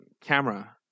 camera